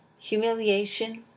humiliation